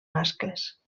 mascles